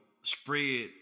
Spread